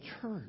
church